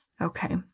Okay